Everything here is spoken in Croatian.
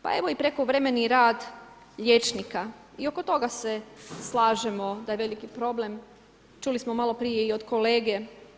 Pa evo i prekovremeni rad liječnika, i oko toga se slažemo da je veliki problem, čuli smo maloprije i od kolege.